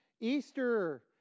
Easter